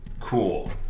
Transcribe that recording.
cool